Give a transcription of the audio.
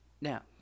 Now